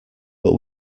but